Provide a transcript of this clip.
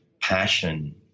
passion